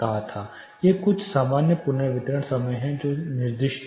ये कुछ सामान्य पुनर्वितरण समय हैं जो निर्दिष्ट हैं